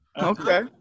Okay